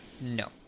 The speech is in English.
no